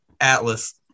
atlas